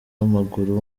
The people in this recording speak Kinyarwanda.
w’amaguru